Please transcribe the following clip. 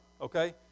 okay